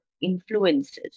influences